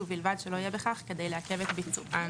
ובלבד שלא יהיה בכך כדי לעכב את ביצוען.